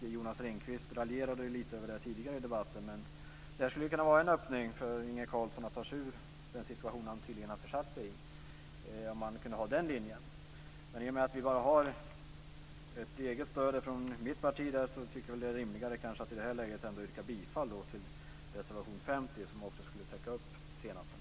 Jonas Ringqvist raljerade lite över det tidigare i debatten. Det där skulle kunna vara en öppning för Inge Carlsson att ta sig ur den situation han tydligen har försatt sig i. I och med att vi bara har stödet från eget parti är det rimligare att i det här läget yrka bifall till reservation 50, som också skulle täcka upp senapen.